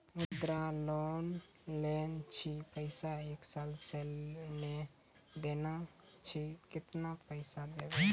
मुद्रा लोन लेने छी पैसा एक साल से ने देने छी केतना पैसा देब?